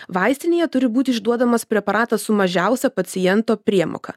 vaistinėje turi būti išduodamas preparatas su mažiausia paciento priemoka